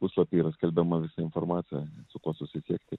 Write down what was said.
puslapy yra skelbiama informacija su kuo susisiekti